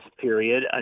period